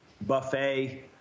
buffet